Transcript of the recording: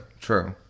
true